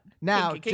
Now